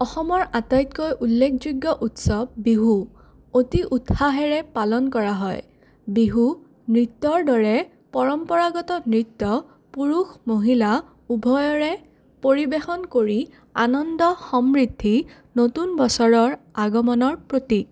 অসমৰ আটাইতকৈ উল্লেখযোগ্য উৎসৱ বিহু অতি উৎসাহেৰে পালন কৰা হয় বিহু নৃত্যৰ দৰে পৰম্পৰাগত নৃত্য পুৰুষ মহিলা উভয়ৰে পৰিৱেশন কৰি আনন্দ সমৃদ্ধি নতুন বছৰৰ আগমনৰ প্ৰতীক